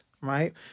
Right